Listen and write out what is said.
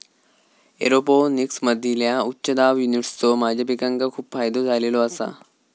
एरोपोनिक्समधील्या उच्च दाब युनिट्सचो माझ्या पिकांका खूप फायदो झालेलो आसा